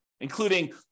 including